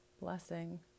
blessing